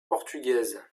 portugaise